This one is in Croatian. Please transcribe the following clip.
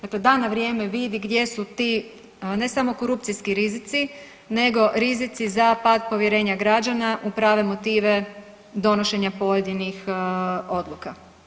Dakle, da na vrijeme vidi gdje su ti ne samo korupcijski rizici nego rizici za pad povjerenja građana u prave motive donošenja pojedinih odluka.